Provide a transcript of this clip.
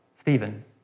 Stephen